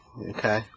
Okay